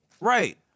right